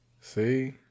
See